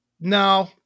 No